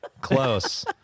Close